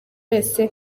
wese